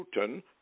Putin